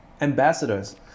ambassadors